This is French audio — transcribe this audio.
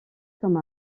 comme